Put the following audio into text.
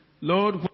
Lord